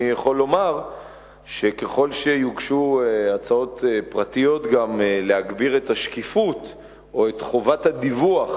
אני יכול לומר שככל שיוגשו הצעות פרטיות להגברת השקיפות או חובת הדיווח